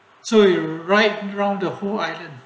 so you right round the whole island